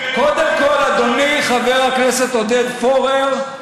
אדוני חבר הכנסת עודד פורר,